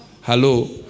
Hello